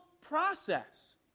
process